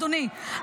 אדוני,